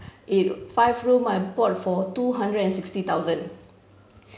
it five room I bought for two hundred and sixty thousand